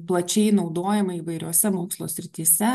plačiai naudojama įvairiose mokslo srityse